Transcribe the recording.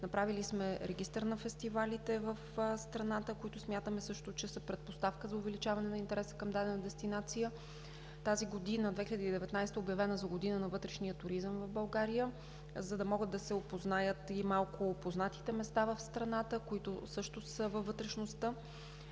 Направили сме регистър на фестивалите в страната, които смятаме също, че са предпоставка за увеличаване на интереса към дадена дестинация. Тази година – 2019-а, е обявена за Година на вътрешния туризъм в България, за да могат да се опознаят и малко познатите места в страната, които са във вътрешността.